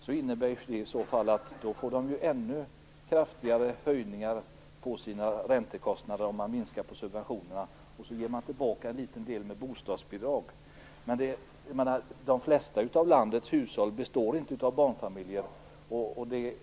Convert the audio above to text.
Det innebär att om man minskar på subventionerna får de ännu kraftigare höjningar av sina räntekostnader, och så ger man tillbaka en liten del med bostadsbidrag. De flesta av landets hushåll består inte av barnfamiljer.